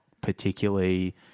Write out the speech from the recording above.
particularly